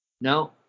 No